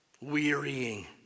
wearying